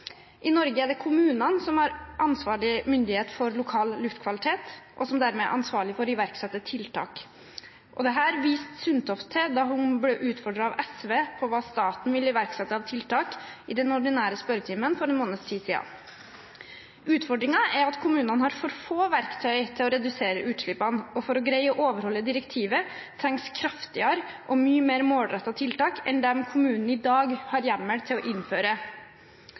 I Norge er det kommunene som er ansvarlig myndighet for lokal luftkvalitet, og som dermed er ansvarlige for å iverksette tiltak. Dette viste statsråd Sundtoft til da hun i den ordinære spørretimen for en måneds tid siden ble utfordret av SV på hva staten vil iverksette av tiltak. Utfordringen er at kommunene har for få verktøy til å redusere utslippene. For å greie å overholde direktivet trengs kraftigere og mye mer målrettede tiltak enn dem kommunene i dag har hjemmel til å innføre.